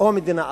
או מדינה אחת.